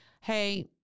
Hey